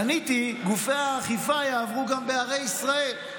עניתי: גופי האכיפה יעברו גם בערי ישראל.